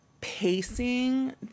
pacing